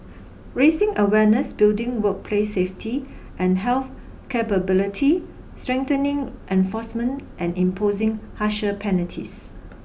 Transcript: raising awareness building workplace safety and health capability strengthening enforcement and imposing harsher penalties